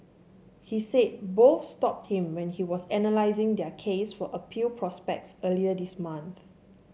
he said both stopped him when he was analysing their case for appeal prospects earlier this month